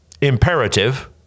imperative